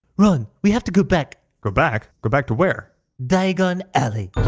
ron! we have to go back! go back? go back to where? diagon alley!